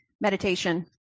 meditation